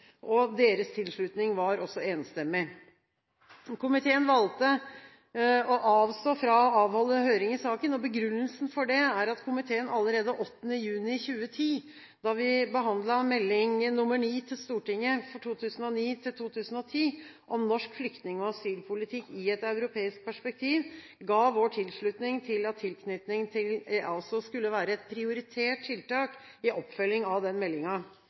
Også deres tilslutning var enstemmig. Komiteen valgte å avstå fra å avholde høring i saken. Begrunnelsen for det er at komiteen allerede 8. juni 2010, da vi behandlet Meld. St. 9 for 2009–2010 om norsk flyktning- og asylpolitikk i et europeisk perspektiv, ga vår tilslutning til at tilknytning til EASO skulle være et prioritert tiltak i oppfølging av